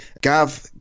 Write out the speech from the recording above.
Gav